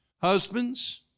Husbands